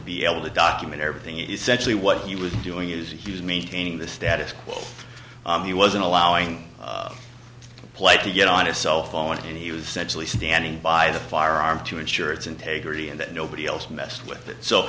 be able to document everything essentially what he was doing is he's maintaining the status quo he wasn't allowing play to get on a cell phone and he was centrally standing by the firearm to ensure its integrity and that nobody else messed with it so